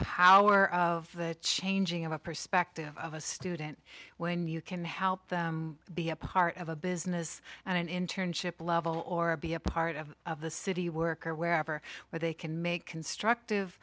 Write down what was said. power of the changing of a perspective of a student when you can help them be a part of a business and an internship level or be a part of the city work or wherever where they can make constructive